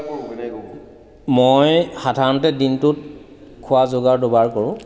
মই সাধাৰণতে দিনটোত খোৱাৰ যোগাৰ দুবাৰ কৰোঁ